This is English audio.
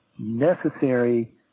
Necessary